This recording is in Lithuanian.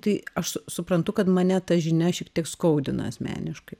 tai aš su suprantu kad mane ta žinia tik skaudina asmeniškai